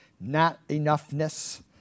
not-enoughness